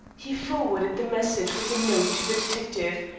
he forwarded the message with a note to the detective,